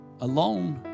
Alone